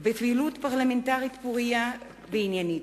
בפעילות פרלמנטרית פורייה ועניינית.